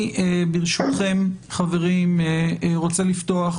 ברשותכם, חברים, אני רוצה לפתוח